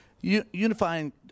unifying